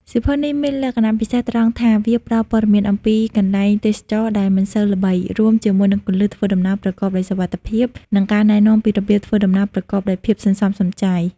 សៀវភៅនេះមានលក្ខណៈពិសេសត្រង់ថា វាផ្ដល់ព័ត៌មានអំពីកន្លែងទេសចរណ៍ដែលមិនសូវល្បី រួមជាមួយនឹងគន្លឹះធ្វើដំណើរប្រកបដោយសុវត្ថិភាព និងការណែនាំពីរបៀបធ្វើដំណើរប្រកបដោយភាពសន្សំសំចៃ។